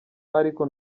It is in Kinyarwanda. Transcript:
ariko